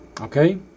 Okay